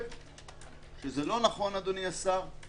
זה לא נכון, אדוני השר.